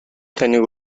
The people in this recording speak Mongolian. таныг